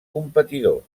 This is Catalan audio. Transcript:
competidor